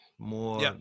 more